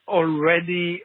already